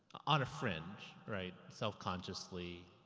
on a fringe, right, self consciously.